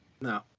No